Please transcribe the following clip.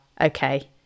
okay